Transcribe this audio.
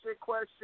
question